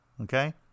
Okay